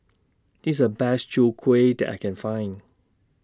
This IS The Best Chwee Kueh that I Can Find